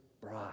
bride